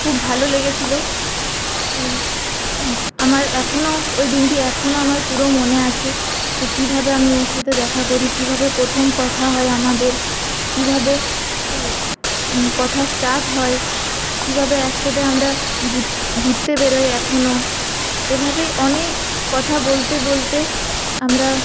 খুব ভালো লেগেছিল আমার এখনো ওই দিনটি আমার এখনো পুরো মনে আছে যে কীভাবে আমি ওর সাথে দেখা করি কীভাবে প্রথম কথা হয় আমাদের কীভাবে কথা স্টার্ট হয় কীভাবে একসাথে আমরা ঘুরতে বেরোই এখনো এভাবেই অনেক কথা বলতে বলতে আমরা